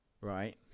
right